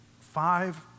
five